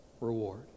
reward